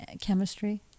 chemistry